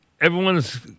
everyone's